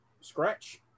scratch